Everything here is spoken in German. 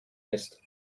ist